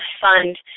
fund